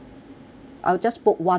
I'll just book one room